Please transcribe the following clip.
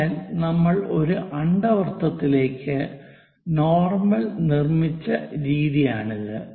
അതിനാൽ നമ്മൾ ഒരു അണ്ഡവൃത്തത്തിലേക്ക് നോർമൽ നിർമ്മിച്ച രീതിയാണിത്